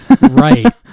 Right